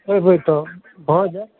अइबै तब भऽ जाएत